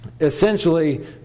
essentially